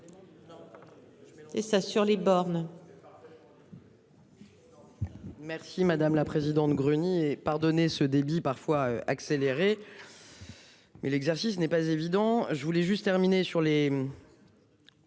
Et ça, sur les bornes.